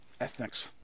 Ethnics